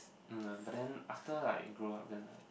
um but then after like I grow up then like